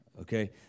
okay